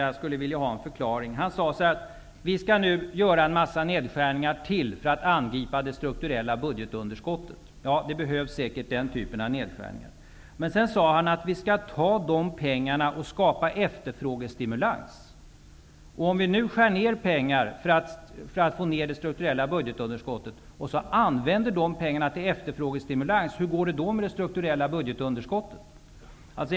Jag skulle vilja ha en förklaring. Wachtmeister sade att vi skall göra ytterligare nedskärningar för att angripa det strukturella budgetunderskottet. Den typen av nedskärningar behövs säkert. Men sedan sade han att vi skall ta de pengarna och skapa efterfrågestimulans. Om vi gör nedskärningar för att få ner det strukturella budgetunderskottet och sedan använder de pengarna till efterfrågestimulans, hur går det då med det strukturella budgetunderskottet?